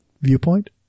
viewpoint